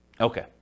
Okay